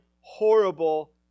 horrible